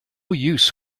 use